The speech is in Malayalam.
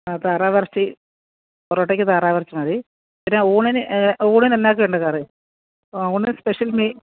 ആ താറാവിറച്ചി പൊറോട്ടയ്ക്ക് താറാവിറച്ചി മതി പിന്നെ ഊണിന് ഊണിന് എന്നാ ഒക്കെയുണ്ട് കറി ഊണിന് സ്പെഷ്യൽ മി